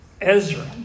Ezra